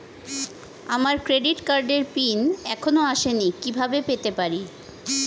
আমার ক্রেডিট কার্ডের পিন এখনো আসেনি কিভাবে পেতে পারি?